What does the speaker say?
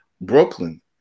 Brooklyn